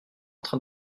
train